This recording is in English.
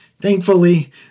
Thankfully